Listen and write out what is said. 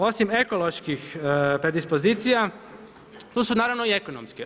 Osim ekoloških predispozicija, tu su naravno i ekonomske.